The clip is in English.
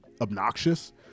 obnoxious